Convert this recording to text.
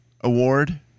award